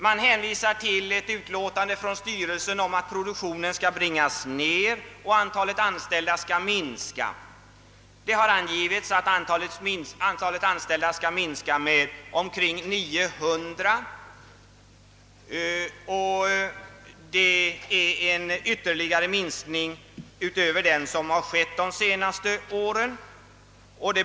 Det hänvisas till ett utlåtande från varvsstyrelsen om att produktionen skall bringas ned och antalet anställda minskas. Det har angivits att antalet anställda skall minskas med omkring 900. Det är en ytterligare minskning utöver den som har skett de senaste åren.